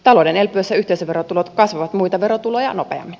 talouden elpyessä yhteisöverotulot kasvavat muita verotuloja nopeammin